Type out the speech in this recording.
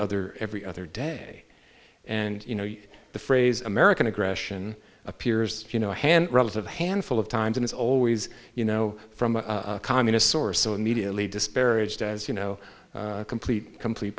other every other day and you know the phrase american aggression appears you know a hand relative handful of times and it's always you know from a communist source so immediately disparaged as you know complete complete